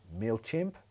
MailChimp